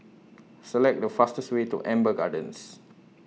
Select The fastest Way to Amber Gardens